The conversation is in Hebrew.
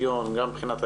גם מבחינת השוויון,